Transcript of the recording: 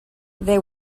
they